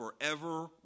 forever